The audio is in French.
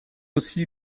aussi